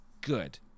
good